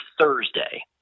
Thursday